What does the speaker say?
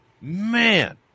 man